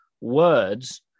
words